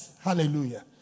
Hallelujah